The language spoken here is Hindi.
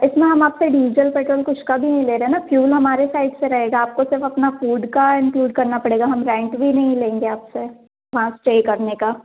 इसमें हम आप से डीजल पेट्रोल कुछ का भी नहीं ले रहे हैं ना फ्यूल हमारे साइड से रहेगा बस आपको सिर्फ़ अपने फूड का इन्क्लूड करना पड़ेगा हम रेंट भी नहीं लेंगे आप से वहाँ स्टे करने का